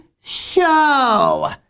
Show